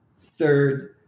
third